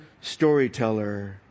storyteller